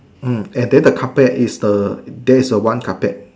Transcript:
hmm and then the carpet is the there is a one carpet